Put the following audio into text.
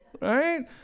right